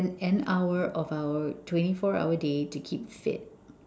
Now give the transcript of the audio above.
an hour of our twenty four hour day to keep fit